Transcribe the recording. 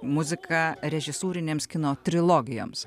muzika režisūrinėms kino trilogijoms